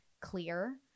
clear